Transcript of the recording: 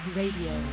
radio